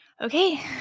Okay